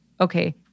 Okay